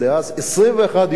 21 יום,